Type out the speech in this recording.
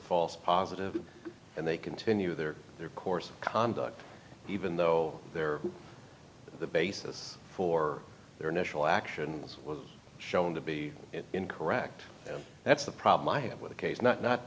false positive and they continue their their course conduct even though they're the basis for their initial actions shown to be incorrect that's the problem i have with the case not not